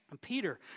Peter